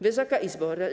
Wysoka Izbo!